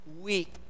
weak